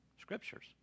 Scriptures